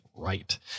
right